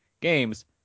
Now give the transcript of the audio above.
games